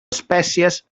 espècies